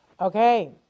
Okay